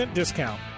discount